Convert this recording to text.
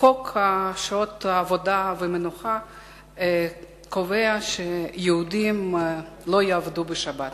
חוק שעות עבודה ומנוחה קובע שיהודים לא יעבדו בשבת.